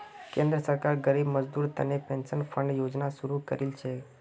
केंद्र सरकार गरीब मजदूरेर तने पेंशन फण्ड योजना शुरू करील छेक